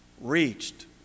reached